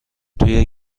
توی